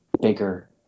bigger